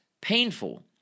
painful